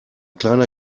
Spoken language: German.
kleiner